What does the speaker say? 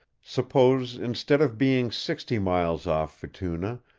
suppose, instead of being sixty miles off futuna,